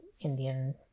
Indian